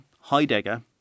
Heidegger